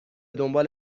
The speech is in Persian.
دنبال